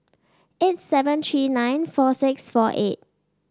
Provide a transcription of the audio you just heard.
eight seven three nine four six four eight